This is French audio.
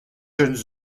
jeunes